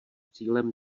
cílem